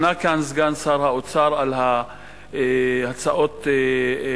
ענה כאן סגן שר האוצר על הצעות האי-אמון,